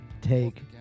take